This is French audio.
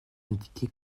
indiqué